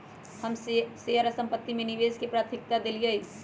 हम शेयर आऽ संपत्ति में निवेश के प्राथमिकता देलीयए